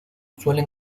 suelen